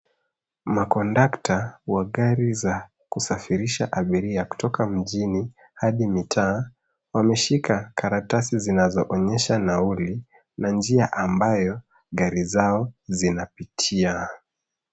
Makondakta wa gari za kusafirisha abiria kutoka mjini hadi mitaa wameshika karatasi zinazoonyesha nauli na njia ambayo gari zao zinapitia.